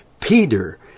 Peter